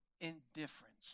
indifference